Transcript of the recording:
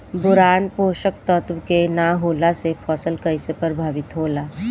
Boron पोषक तत्व के न होला से फसल कइसे प्रभावित होला?